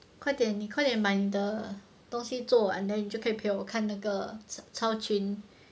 快点你快点把你的东西做完 then 你就可以陪我看那个超群